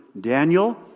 Daniel